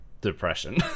depression